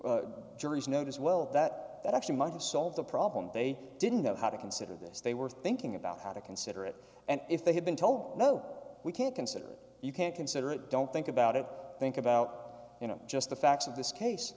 jury's jury's note as well that that actually might have solved the problem they didn't know how to consider this they were thinking about how to consider it and if they had been told no we can't consider it you can't consider it don't think about it think about you know just the facts of this case